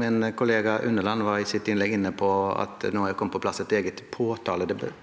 Min kollega Unneland var i sitt innlegg inne på at det er kommet på plass et eget